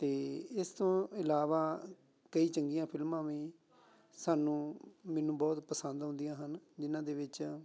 ਅਤੇ ਇਸ ਤੋਂ ਇਲਾਵਾ ਕਈ ਚੰਗੀਆਂ ਫਿਲਮਾਂ ਵੀ ਸਾਨੂੰ ਮੈਨੂੰ ਬਹੁਤ ਪਸੰਦ ਆਉਂਦੀਆਂ ਹਨ ਜਿਹਨਾਂ ਦੇ ਵਿੱਚ